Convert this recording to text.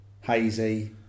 hazy